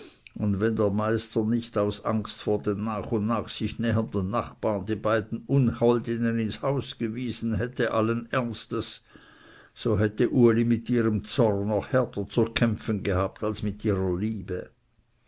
und wenn der meister nicht aus angst vor den nach und nach sich nähernden nachbarn die beiden unholdinnen ins haus gewiesen hätte allen ernstes so hätte uli mit ihrem zorn noch härter zu kämpfen gehabt als mit ihrer liebe